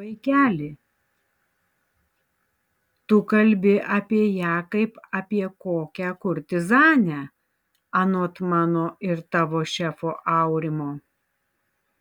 vaikeli tu kalbi apie ją kaip apie kokią kurtizanę anot mano ir tavo šefo aurimo